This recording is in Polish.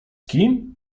kim